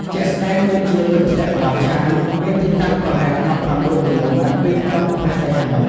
ជាក់ស្ដែងដូចជា ទឹកធ្លាក់ក្បាលឆាយ មានទីតាំងប្រហែល ១៦ គីឡូម៉ែត្រពីក្រុងព្រះសីហនុ។